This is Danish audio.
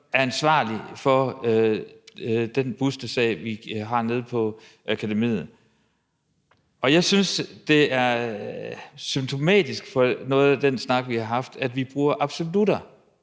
er ansvarlige for den bustesag, vi har på akademiet. Og jeg synes, det er symptomatisk for noget af den snak, vi har haft, at vi bruger absolutter